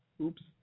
Oops